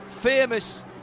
famous